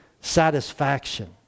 satisfaction